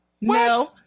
No